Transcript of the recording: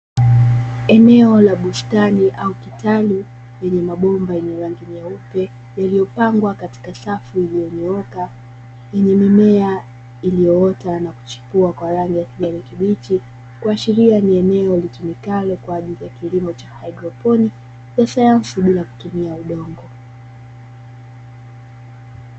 Eneo la bustani au kitalu lenye mabomba yenye rangi nyeupe, yaliyopangwa kuwa katika safu iliyonyooka yenye mimea iliyoota na kuchepua kwa rangi ya kijani kibichi kuashiria ni eneo litumikalo kwa ajili ya kilimo cha haidroponi ya sayansi bila kutumia udongo.